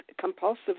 compulsive